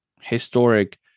historic